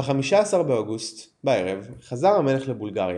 ב-15 באוגוסט בערב חזר המלך לבולגריה.